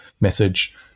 message